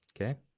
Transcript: Okay